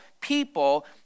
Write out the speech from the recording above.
people